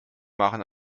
machen